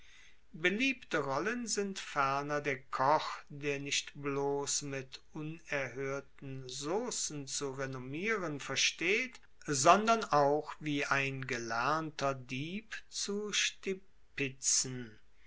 beliebte rollen sind ferner der koch der nicht bloss mit unerhoerten saucen zu renommieren versteht sondern auch wie ein gelernter dieb zu stipitzen